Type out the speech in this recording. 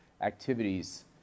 activities